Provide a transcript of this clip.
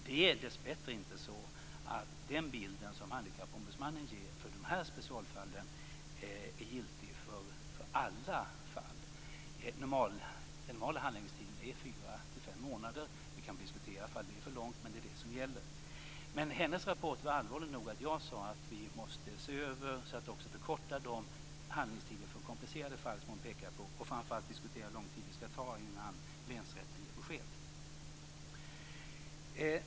Det är dessbättre inte så att den bild som Handikappombudsmannen ger av dessa specialfall är giltig för alla fall. Den normala handläggningstiden är 4-5 månader. Vi kan diskutera om den är för lång, men det är vad som gäller. Handikappombudsmannens rapport var så allvarlig att jag sade att vi måste göra en översyn så att vi förkortar handläggningstiderna för komplicerade fall, som hon pekade på, och att vi framför allt måste diskutera hur lång tid det skall ta innan länsrätten ger besked.